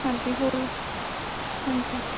ਹਾਂਜੀ ਹੋਰ ਹਾਂਜੀ